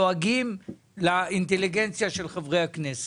לועגים לאינטליגנציה של חברי הכנסת.